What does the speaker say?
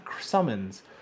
summons